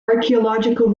archaeological